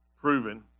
Proven